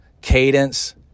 cadence